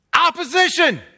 Opposition